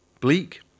bleak